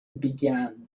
began